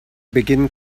begin